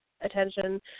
attention